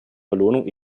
belohnung